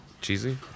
cheesy